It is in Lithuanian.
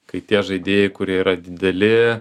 kai tie žaidėjai kurie yra dideli